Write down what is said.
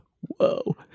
whoa